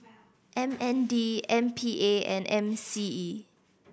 M N D M P A and M C E